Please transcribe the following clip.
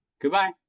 goodbye